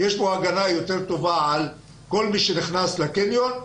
יש כאן הגנה יותר טובה על כל מי שנכנס לקניון,